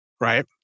Right